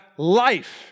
life